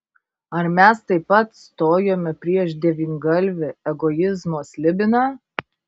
ar mes taip pat stojome prieš devyngalvį egoizmo slibiną